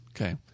Okay